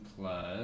plus